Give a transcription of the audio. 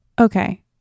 Okay